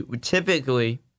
typically